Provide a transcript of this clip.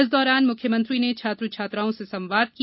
इस दौरान मुख्यमंत्री ने छात्र छात्राओं से संवाद किया